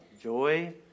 joy